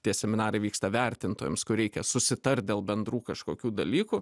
tie seminarai vyksta vertintojams kur reikia susitart dėl bendrų kažkokių dalykų